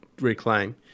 reclaim